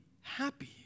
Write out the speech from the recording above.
happy